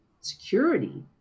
security